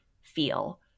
feel